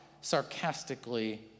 sarcastically